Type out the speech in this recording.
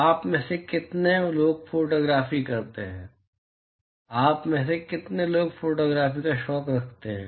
आप में से कितने लोग फोटोग्राफी करते हैं आप में से कितने लोग फोटोग्राफी का शौक रखते हैं